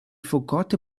forgot